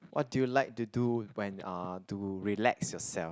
what do you like to do when uh to relax yourself